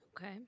Okay